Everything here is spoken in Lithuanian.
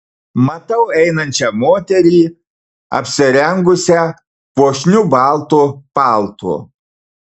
matau einančią moterį apsirengusią puošniu baltu paltu